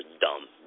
dumb